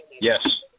Yes